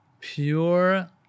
Pure